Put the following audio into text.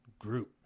Group